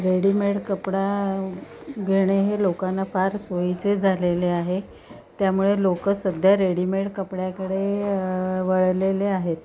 readymade कपडा घेणे हे लोकांना फार सोयीचे झालेले आहे त्यामुळे लोक सध्या रेडीमेड कपड्याकडे वळलेले आहेत